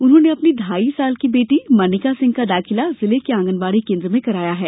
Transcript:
उन्होंने अपनी ढाई साल की बेटी मर्णिका सिंह का दाखिला जिले के आंगनवाड़ी केन्द्र में कराया है